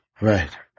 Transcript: Right